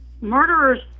Murderers